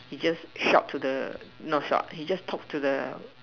he just shout to not shout he just talk to the